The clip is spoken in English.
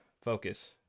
focus